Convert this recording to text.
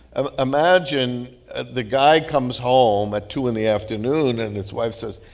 ah imagine ah the guy comes home at two in the afternoon, and his wife says,